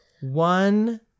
One